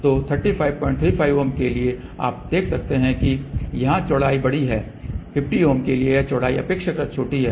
तो 3535 ओम के लिए आप देख सकते हैं कि यहाँ चौड़ाई बड़ी है 50 ओम के लिए यह चौड़ाई अपेक्षाकृत छोटी है